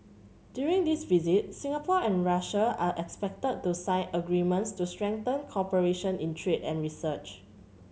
during this visit Singapore and Russia are expected to sign agreements to strengthen cooperation in trade and research